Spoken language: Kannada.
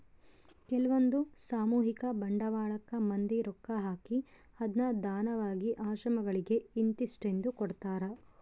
ಕೆಲ್ವಂದು ಸಾಮೂಹಿಕ ಬಂಡವಾಳಕ್ಕ ಮಂದಿ ರೊಕ್ಕ ಹಾಕಿ ಅದ್ನ ದಾನವಾಗಿ ಆಶ್ರಮಗಳಿಗೆ ಇಂತಿಸ್ಟೆಂದು ಕೊಡ್ತರಾ